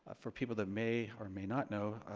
ah for people that may or may not know,